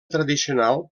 tradicional